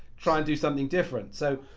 trying do something different. so,